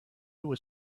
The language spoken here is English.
was